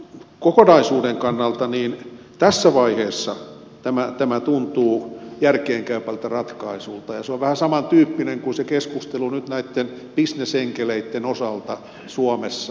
kokonaisuuden kannalta tässä vaiheessa tämä tuntuu järkeenkäyvältä ratkaisulta ja se on vähän samantyyppinen kuin se keskustelu nyt näitten bisnesenkeleitten osalta suomessa